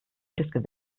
schlechtes